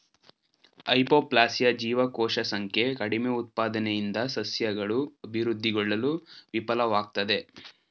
hypoplasia ಜೀವಕೋಶ ಸಂಖ್ಯೆ ಕಡಿಮೆಉತ್ಪಾದನೆಯಿಂದ ಸಸ್ಯಗಳು ಅಭಿವೃದ್ಧಿಗೊಳ್ಳಲು ವಿಫಲ್ವಾಗ್ತದೆ